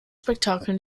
spektakel